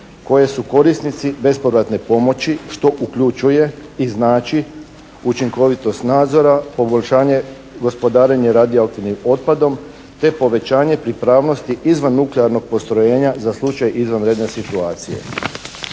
koje su korisnici bespovratne pomoći što uključuje i znači učinkovitost nadzora, poboljšanje gospodarenje radioaktivnim otpadom te povećanje pripravnosti izvan nuklearnog postrojenja za slučaj izvanredne situacije.